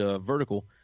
vertical